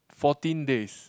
fourteen days